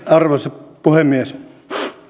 arvoisa puhemies